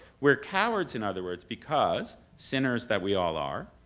we're cowards, in other words, because sinners that we all are,